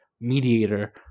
mediator